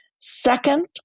second